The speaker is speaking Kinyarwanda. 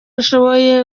ashoboye